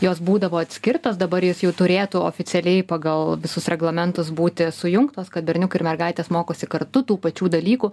jos būdavo atskirtos dabar jos jau turėtų oficialiai pagal visus reglamentus būti sujungtos kad berniukai ir mergaitės mokosi kartu tų pačių dalykų